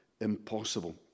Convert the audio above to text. impossible